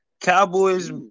Cowboys